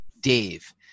Dave